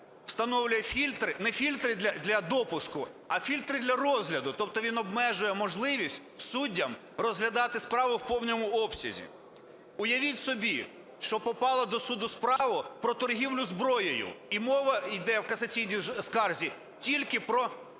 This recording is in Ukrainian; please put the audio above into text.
встановляє не фільтри для допуску, а фільтри для розгляду. Тобто він обмежує можливість суддям розглядати справи в повному обсязі. Уявіть собі, що попала до суду справа про торгівлю зброєю і мова йде в касаційній скарзі тільки про розрахунки